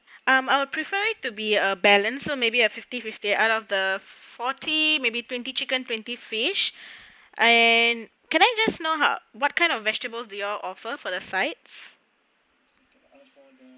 um I'll prefer it to be a balance so maybe a fifty fifty out of the forty maybe twenty chicken twenty fish and can I just know how what kind of vegetables do you all offer for the sides